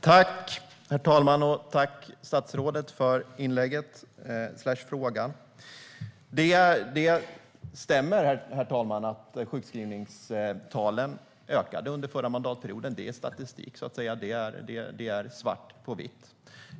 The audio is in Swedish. Herr talman! Jag tackar ministern för inlägget och frågan. Det stämmer att sjukskrivningstalen ökade under förra mandatperioden. Det är statistik så att säga, och det är svart på vitt.